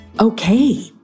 Okay